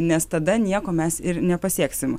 nes tada nieko mes ir nepasieksim